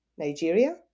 Nigeria